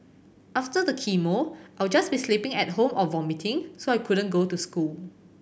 after the chemo I'll just be sleeping at home or vomiting so I couldn't go to school